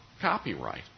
copyright